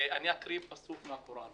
ואני אקריא פסוק מהקוראן